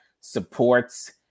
supports